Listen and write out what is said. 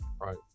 Right